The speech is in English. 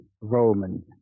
Roman